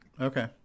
Okay